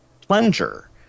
plunger